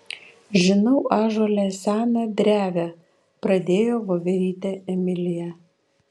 žinau ąžuole seną drevę pradėjo voverytė emilija